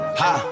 ha